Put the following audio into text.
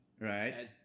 right